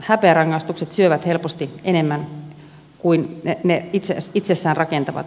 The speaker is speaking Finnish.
häpeärangaistukset syövät helposti enemmän kuin ne itsessään rakentavat